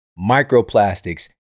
microplastics